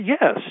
Yes